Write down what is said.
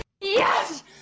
Yes